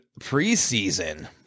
preseason